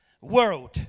world